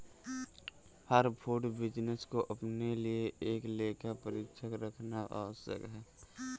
हर food business को अपने लिए एक लेखा परीक्षक रखना आवश्यक है